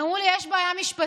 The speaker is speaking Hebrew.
הם אמרו לי: יש בעיה משפטית.